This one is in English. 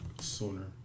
sooner